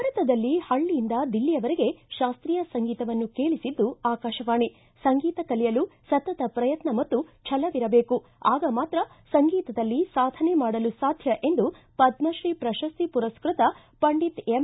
ಭಾರತದಲ್ಲಿ ಹಳ್ಳಿಯಿಂದ ದಿಲ್ಲಿಯವರೆಗೆ ಶಾಸ್ತೀಯ ಸಂಗೀತವನ್ನು ಕೇಳಿಸಿದ್ದು ಆಕಾಶವಾಣಿ ಸಂಗೀತ ಕಲಿಯಲು ಸತತ ಪ್ರಯತ್ನ ಮತ್ತು ಛಲವಿರಬೇಕು ಆಗ ಮಾತ್ರ ಸಂಗೀತದಲ್ಲಿ ಸಾಧನೆ ಮಾಡಲು ಸಾಧ್ಯ ಎಂದು ಪದ್ಧತ್ರೀ ಪ್ರಶಸ್ತಿ ಪುರಸ್ಕೃತ ಪಂಡಿತ ಎಂ